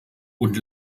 und